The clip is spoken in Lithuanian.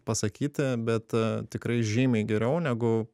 pasakyti bet tikrai žymiai geriau negu